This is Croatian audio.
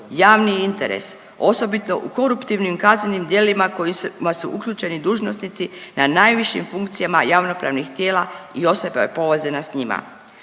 javni interes osobito u koruptivnim kaznenim djelima kojima su uključeni dužnosnici na najvišim funkcijama javno-pravnih tijela i osobama povezanih sa njima.